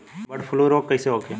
Bird flu रोग कईसे होखे?